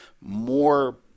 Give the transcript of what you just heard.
more